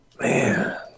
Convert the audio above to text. Man